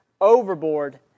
overboard